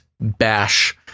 bash